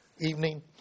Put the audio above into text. evening